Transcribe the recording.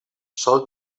sol